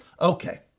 Okay